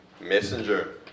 messenger